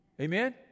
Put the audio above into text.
amen